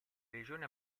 regioni